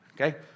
Okay